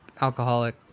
alcoholic